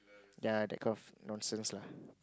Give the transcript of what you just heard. ya that kind of nonsense lah